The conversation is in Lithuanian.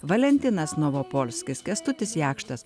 valentinas novopolskis kęstutis jakštas